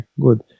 good